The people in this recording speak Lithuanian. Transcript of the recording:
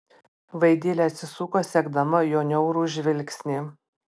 vaidilė atsisuko sekdama jo niaurų žvilgsnį